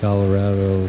Colorado